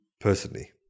personally